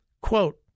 Quote